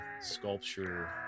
sculpture